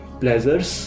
pleasures